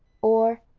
or,